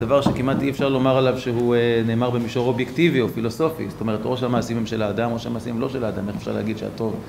זה דבר שכמעט אי אפשר לומר עליו שהוא נאמר במישור אובייקטיבי או פילוסופי, זאת אומרת, או שהמעשים הם של האדם או שהמעשים הם לא של האדם. איך אפשר להגיד שהטוב